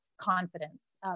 confidence